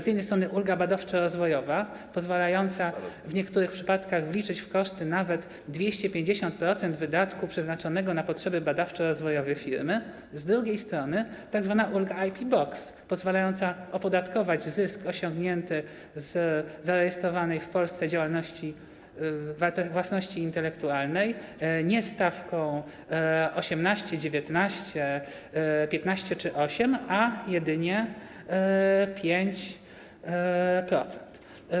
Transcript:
Z jednej strony ulga badawczo-rozwojowa, pozwalająca w niektórych przypadkach wliczyć w koszty nawet 250% wydatku przeznaczonego na potrzeby badawczo rozwojowe firmy, z drugiej strony tzw. ulga IP Box pozwalająca opodatkować zysk osiągnięty z zarejestrowanej w Polsce działalności, własności intelektualnej nie stawką 18%, 19%, 15% czy 8%, a jedynie 5%.